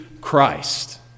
Christ